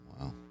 Wow